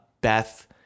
beth